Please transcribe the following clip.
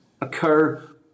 occur